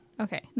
Okay